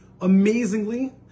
Amazingly